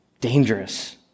dangerous